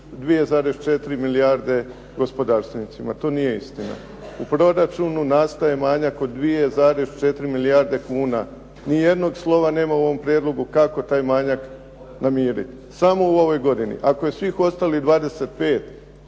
2,4 milijarde gospodarstvenicima. To nije istina. U proračunu nastaje manjak od 2,4 milijarde kuna. Ni jednog slova nema u ovom prijedlogu kako taj manjak namiriti. Samo u ovoj godini. Ako je svih ostalih 25